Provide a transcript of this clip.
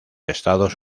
estados